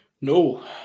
No